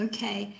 Okay